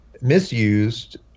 misused